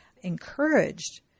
encouraged